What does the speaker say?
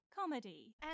Comedy